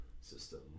system